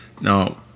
Now